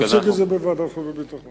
להעביר את זה לוועדת חוץ וביטחון.